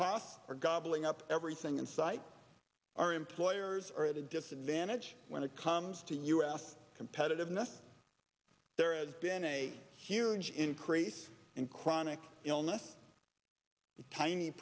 costs or gobbling up everything in sight our employers are at a disadvantage when it comes to us competitiveness there has been a huge increase in chronic illness a tiny